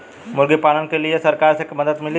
मुर्गी पालन के लीए सरकार से का मदद मिली?